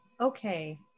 Okay